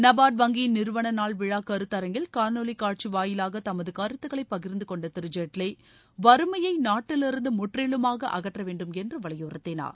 நபார்ட் வங்கியின் நிறுவன நாள் விழா கருத்தரங்கில் காணொலி காட்சி வாயிலாக தமது கருத்துக்களை பகிர்ந்து கொண்ட திரு ஜேட்வி வருமையை நாட்டிலிருந்து முற்றிலுமாக அகற்ற வேண்டும் என்று வலியுறுத்தினார்